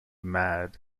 mad